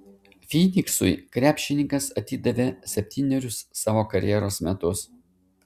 fyniksui krepšininkas atidavė septynerius savo karjeros metus